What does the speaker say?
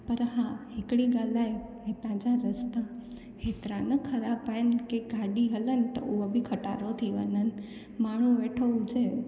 पर हा हिकिड़ी ॻाल्हि आहे हितां जा रस्ता हेतिरा न ख़राब आहिनि की गाॾी हलनि त उहो बि खटारो थी वञनि माण्हू वेठो हुजे